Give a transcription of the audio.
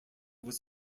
was